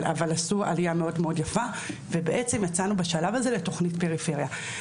אבל עשו עלייה מאוד מאוד יפה ובעצם יצאנו בשלב הזה לתכנית פריפריה.